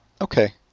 okay